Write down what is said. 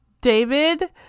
David